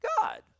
God